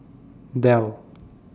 Dell